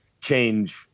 change